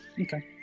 Okay